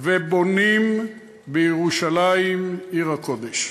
ובונים בירושלים עיר הקודש.